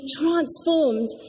transformed